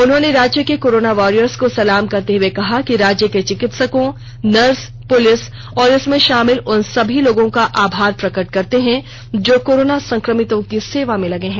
उन्होंने राज्य के कोरोना वॉरियर्स को सलाम करते हुए कहा कि राज्य के चिकित्सकों नर्स पुलिस और इसमें शामिल उन सभी लोगों का आभार प्रकट करते हैं जो कोरोना संक्रमितों की सेवा में लगे हैं